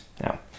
now